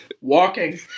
walking